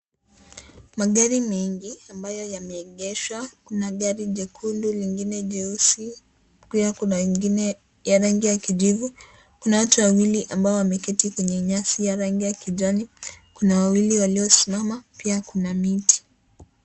Magari mengi ambayo yameegeshwa, kuna gari jekundu, lingine jeusi pia kuna ingine ya rangi ya kijivu kuna watu wawili ambao wameketi kwenye nyasi ya kijani kuna wawili waliosimama pia kuna miti.